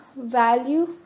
value